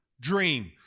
Dream